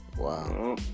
Wow